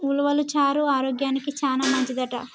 ఉలవలు చారు ఆరోగ్యానికి చానా మంచిదంట